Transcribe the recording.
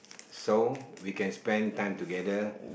so we can spend time together